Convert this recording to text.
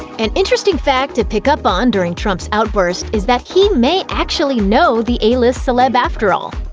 an interesting fact to pick up on during trump's outburst is that he may actually know the a-list celeb after all.